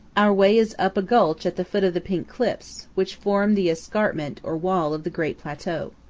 our way is up a gulch at the foot of the pink cliffs, which form the escarpment, or wall, of the great plateau.